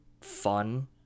fun